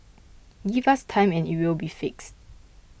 give us time and it will be fixed